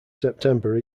september